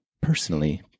personally